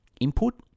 input